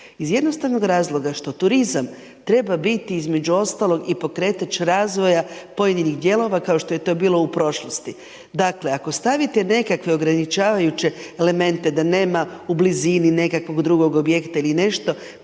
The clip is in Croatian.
Iz jednostavnog razloga što turizam treba biti, između ostalog, i pokretač razvoja pojedinih dijelova kao što je to bilo u prošlosti. Dakle, ako stavite nekakve ograničavajuće elemente da nema u blizini nekakvog drugog objekta ili nešto.